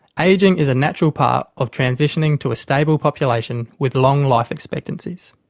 ageing is a natural part of transitioning to a stable population with long life expectancies.